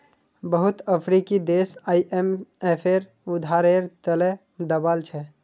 बहुत अफ्रीकी देश आईएमएफेर उधारेर त ल दबाल छ